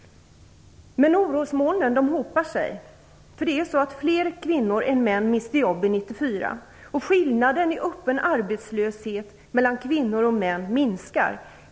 Men orosmolnen hopar sig. För fler kvinnor än män miste sina jobb 1994. Skillnaden i öppen arbetslöshet mellan kvinnor och män minskar.